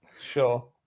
sure